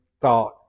thought